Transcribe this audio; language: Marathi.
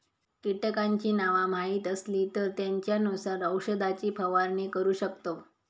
कीटकांची नावा माहीत असली तर त्येंच्यानुसार औषधाची फवारणी करू शकतव